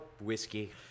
whiskey